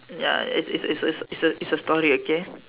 ya it's it's it's it's a story okay